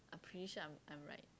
I'm pretty sure I'm I'm right